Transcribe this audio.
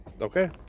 okay